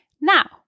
Now